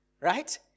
right